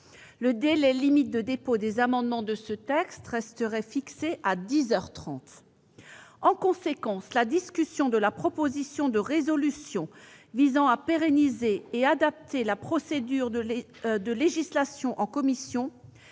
Le délai limite de dépôt des amendements sur ce texte resterait fixé à dix heures trente. En conséquence, la discussion de la proposition de résolution visant à pérenniser et adapter la procédure de législation en commission,